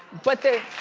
but they